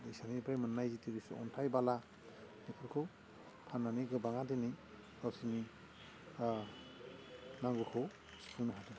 दैसानिफ्राय मोन्नाय जिथुनोखि अन्थाइ बाला बेफोरखौ फान्नानै गोबाङा दिनै गावसिनि नांगौखौ सुफुंनो हादों